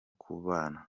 kubana